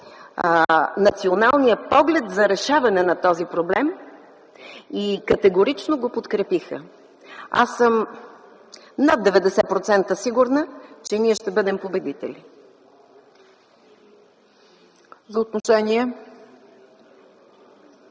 националния поглед за решаване на този проблем и категорично го подкрепиха. Аз съм над 90% сигурна, че ние ще бъдем победители. ПРЕДСЕДАТЕЛ